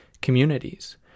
communities